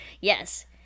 yes